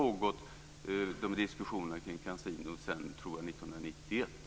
Diskussionerna kring kasino har pågått sedan 1991.